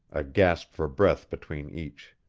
a gasp for breath between each.